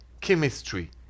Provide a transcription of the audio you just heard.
chemistry